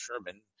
Sherman